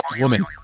woman